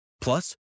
Plus